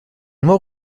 noir